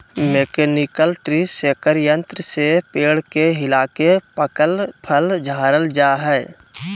mechanical tree shaker यंत्र से पेड़ के हिलाके पकल फल झारल जा हय